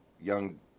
young